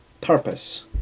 purpose